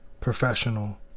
Professional